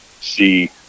see